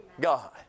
God